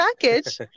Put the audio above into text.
package